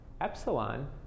epsilon